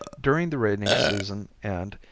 during the rainy season and,